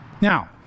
Now